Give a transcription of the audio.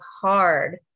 hard